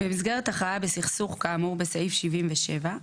במסגרת הכרעה בסכסוך כאמור בסעיף 77,